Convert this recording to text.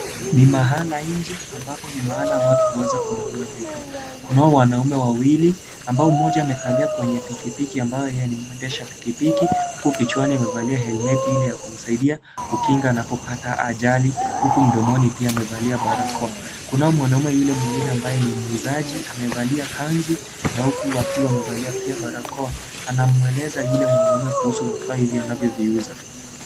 Ni mahala nje ambapo ni mahala watu huweza kununua vitu. Kunao wanaume wawili ambao mmoja amekalia kwenye pikipiki ambayo yaye nimwendesha pikipiki. Huku kichwani amevalia herimeti ile ya kumsaidia kukinga anapopata ajali, huku mdomoni pia amevalia barakoa. Kunao mwanaume yule mwingine ambaye ni muuzaji amevalia kanzu na huku wakiwa wamevalia pia barakoa. Anamweleza yule mwanaume kuhusu viaa hivi anavyoviuza.